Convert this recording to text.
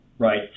Right